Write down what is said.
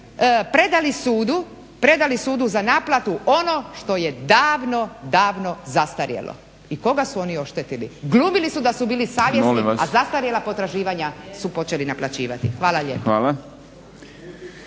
predali sudu za naplatu ono što je davno, davno zastarjelo. I koga su oni oštetili? Glumili su da su bili savjesni, a zastarjela potraživanja su počeli naplaćivati. Hvala lijepa.